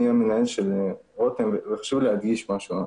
אני המנהל של רותם, וחשוב לי להדגיש משהו.